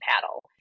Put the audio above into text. paddle